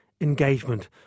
engagement